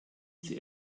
sie